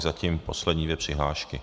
Zatím poslední dvě přihlášky.